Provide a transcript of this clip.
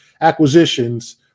acquisitions